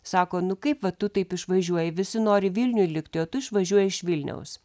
sako nu kaip vat tu taip išvažiuoji visi nori vilniuj likti o tu išvažiuoji iš vilniaus